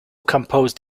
composed